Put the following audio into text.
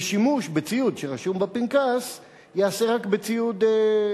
ושימוש בציוד שרשום בפנקס ייעשה רק בהתאם